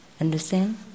understand